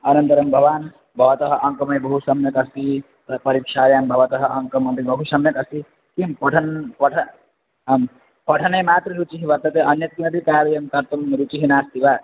अनन्तरं भवान् भवतः अङ्कमै बहु सम्यक् अस्ति तत् परीक्षायां भवतः अङ्कमपि बहु सम्यक् अस्ति किं कोशं कोशम् आं पठने मात्रं रुचिः वर्तते अन्यत् किमपि कार्यं कर्तुं रुचिः नास्ति वा